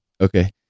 Okay